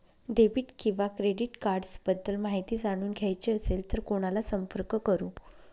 Debit किंवा credit cards बद्दल माहिती जाणून घ्यायची असेल तर कोणाला संपर्क करु?